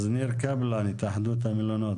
אז ניר קפלן, התאחדות המלונות.